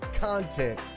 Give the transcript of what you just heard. content